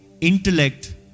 intellect